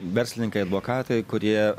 verslininkai advokatai kurie